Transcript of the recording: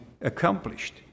accomplished